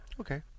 Okay